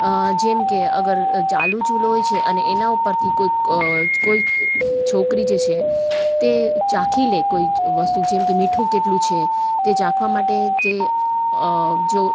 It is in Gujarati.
જેમકે અગર ચાલુ ચૂલો હોય છે અને એના ઉપરથી કોઈક કોઈ છોકરી જે છે તે ચાખી લે કોઈ વસ્તુ જેમકે મીઠું કેટલું છે તે ચાખવા માટે તે જો